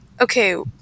okay